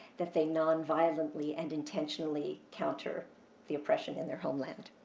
that they nonviolently and intentionally counter the oppression in their homeland.